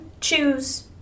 choose